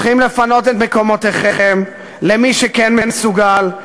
צריכים לפנות את מקומותיכם למי שכן מסוגל,